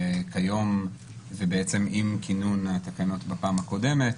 כיום ועם כינון התקנות בפעם הקודמת,